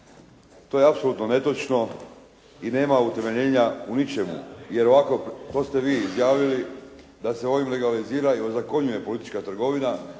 To je apsolutno netočno i nema utemeljenja u ničemu, to ste vi izjavili da se ovim legalizira i ozakonjuje politička trgovina